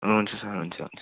हुन्छ सर हुन्छ